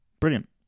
brilliant